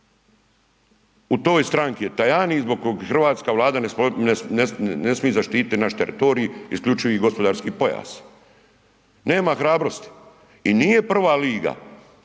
U toj stranki je Tajani zbog kog Hrvatska vlada ne smije zaštiti naš teritorij isključivi gospodarski pojas, nema hrabrosti i nije prva liga